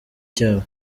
cyabo